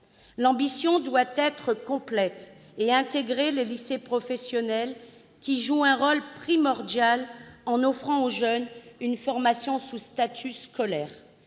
L'ambition doit être complète et intégrer les lycées professionnels, qui jouent un rôle primordial en offrant aux jeunes une formation sous statut scolaire.